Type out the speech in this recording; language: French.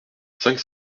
cinq